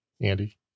Andy